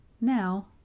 Now